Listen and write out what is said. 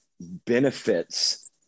benefits